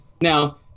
now